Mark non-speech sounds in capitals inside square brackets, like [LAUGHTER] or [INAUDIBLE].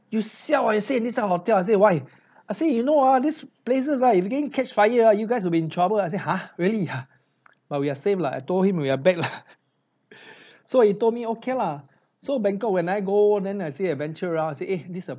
you siao ah you stay in this type of hotel I say why I say you know ah this places ah if it begin catch fire ah you guys will be in trouble ah I say !huh! really ah but we are safe lah I told him we are back lah [BREATH] so he told me okay lah so bangkok when I go then I say adventure ah I say eh this uh